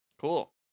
Cool